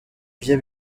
bye